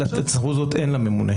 את הסמכות הזאת אין לממונה.